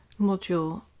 module